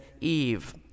Eve